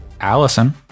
Allison